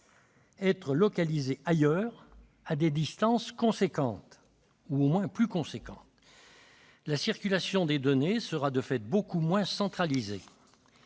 être localisés ailleurs, à des distances importantes ou, du moins, plus importantes. La circulation des données sera de fait beaucoup moins centralisée.